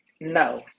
no